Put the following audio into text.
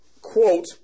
Quote